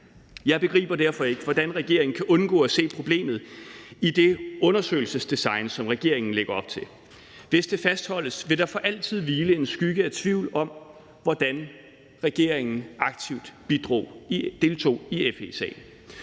Jeg begriber derfor ikke, hvordan regeringen kan undgå at se problemet i det undersøgelsesdesign, som regeringen lægger op til. Hvis det fastholdes, vil der for altid hvile en skygge af tvivl om, hvordan regeringen aktivt deltog i FE-sagen.